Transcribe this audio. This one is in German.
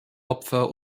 opfer